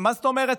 מה זאת אומרת,